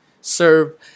Serve